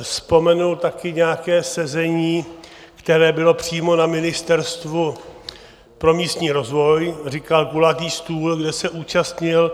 Vzpomenul také nějaké sezení, které bylo přímo na Ministerstvu pro místní rozvoj, říkal kulatý stůl, kde se účastnil.